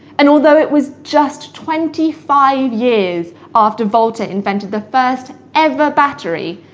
and although it was just twenty five years after volta invented the first ever battery,